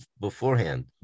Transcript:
beforehand